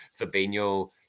Fabinho